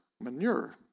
manure